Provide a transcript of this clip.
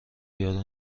یارو